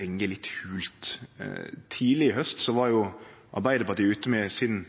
lyder litt holt. Tidleg i haust var jo Arbeidarpartiet ute med sin